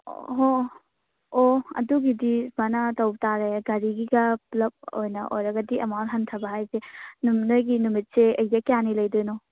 ꯍꯣ ꯑꯣ ꯑꯗꯨꯒꯤꯗꯤ ꯁꯨꯃꯥꯏꯅ ꯇꯧꯇꯥꯔꯦ ꯒꯥꯔꯤꯒꯤꯒ ꯄꯨꯂꯞ ꯑꯣꯏꯅ ꯑꯣꯏꯔꯒꯗꯤ ꯑꯦꯃꯥꯎꯟ ꯍꯟꯊꯕ ꯍꯥꯏꯁꯦ ꯑꯗꯨꯝ ꯅꯣꯏꯒꯤ ꯅꯨꯃꯤꯠꯁꯦ ꯑꯦꯛꯖꯦꯛ ꯀꯌꯥꯅꯤ ꯂꯩꯗꯣꯏꯅꯣ